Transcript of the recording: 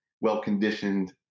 well-conditioned